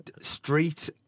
street